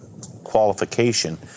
qualification